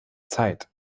zeit